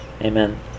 Amen